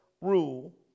rule